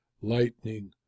lightning